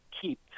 keep